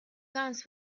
guns